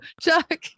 Chuck